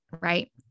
right